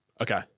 Okay